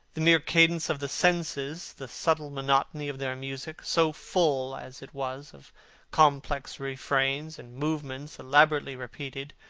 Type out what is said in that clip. the mere cadence of the sentences, the subtle monotony of their music, so full as it was of complex refrains and movements elaborately repeated,